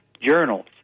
journals